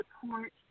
support